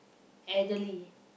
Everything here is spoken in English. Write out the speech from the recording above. elderly